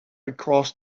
across